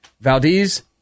Valdez